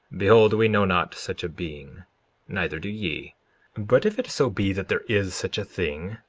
behold, we know not such a being neither do ye but if it so be that there is such a thing,